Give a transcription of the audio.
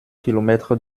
kilomètres